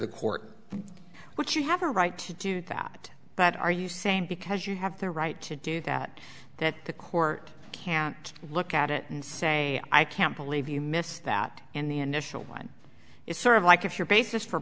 the court what you have a right to do that but are you saying because you have the right to do that that the court can't look at it and say i can't believe you missed that and the initial one is sort of like if your basis for